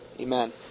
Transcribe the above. Amen